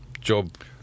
job